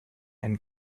and